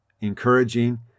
encouraging